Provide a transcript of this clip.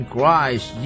Christ